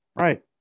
Right